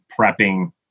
prepping